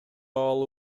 абалы